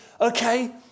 okay